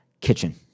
kitchen